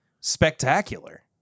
spectacular